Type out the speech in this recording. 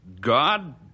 God